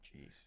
jeez